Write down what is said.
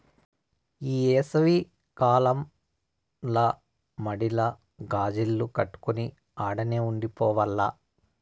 ఈ ఏసవి కాలంల మడిల గాజిల్లు కట్టుకొని ఆడనే ఉండి పోవాల్ల